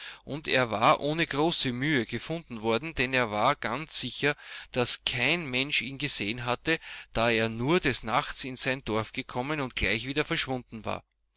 und er war ohne große mühe gefunden worden denn er war ganz sicher daß kein mensch ihn gesehen hatte da er nur des nachts in sein dorf gekommen und gleich wieder verschwunden war